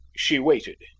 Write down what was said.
she waited.